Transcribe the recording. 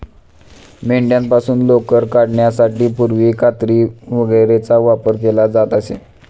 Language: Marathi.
मेंढ्यांपासून लोकर काढण्यासाठी पूर्वी कात्री वगैरेचा वापर केला जात असे